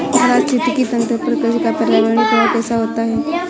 पारिस्थितिकी तंत्र पर कृषि का पर्यावरणीय प्रभाव कैसा होता है?